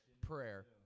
prayer